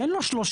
אין לו שלושים.